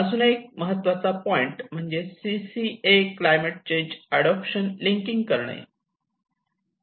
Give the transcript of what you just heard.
अजून एक महत्त्वाचा पॉईंट म्हणजे C C A climate change adoption linking करणे